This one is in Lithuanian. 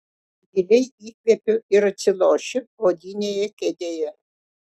giliai įkvepiu ir atsilošiu odinėje kėdėje